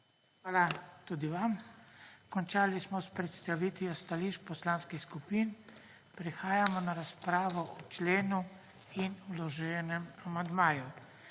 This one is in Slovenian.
Hvala tudi vam. Končali smo s predstavitvijo stališč Poslanskih skupin. Prehajamo na razpravo o členu in vloženem amandmaju.